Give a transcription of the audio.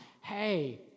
Hey